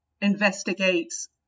investigates